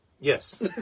Yes